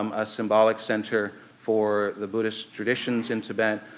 um a symbolic center for the buddhist traditions in tibet,